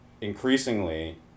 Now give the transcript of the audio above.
increasingly